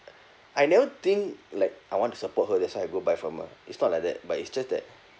I never think like I want to support her that's why I go buy from her is not like that but it's just that